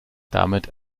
damit